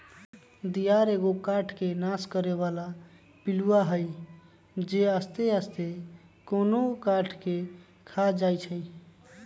दियार एगो काठ के नाश करे बला पिलुआ हई जे आस्ते आस्ते कोनो काठ के ख़ा जाइ छइ